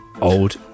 old